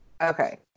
Okay